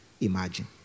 imagine